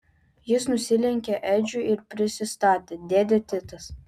jis nusilenkė edžiui ir prisistatė dėdė titas